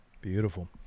Beautiful